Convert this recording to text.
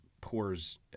pours